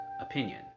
opinion